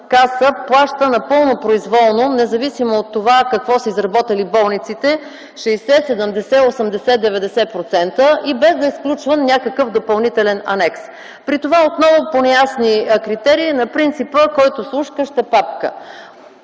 плаща напълно произволно, независимо от това какво са изработили болниците – 60, 70, 80, 90% и без да сключва някакъв допълнителен анекс. При това, отново по неясни критерии на принципа: „Който слушка – ще папка!”